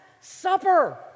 supper